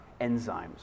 enzymes